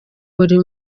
buri